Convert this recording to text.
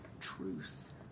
truth